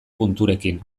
punturekin